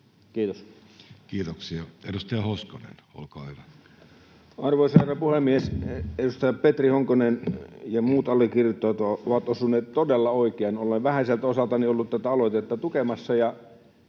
Kiitos. Kiitoksia. — Edustaja Hoskonen, olkaa hyvä. Arvoisa herra puhemies! Edustaja Petri Honkonen ja muut allekirjoittajat ovat osuneet todella oikeaan. Olen vähäiseltä osaltani ollut tätä aloitetta tukemassa,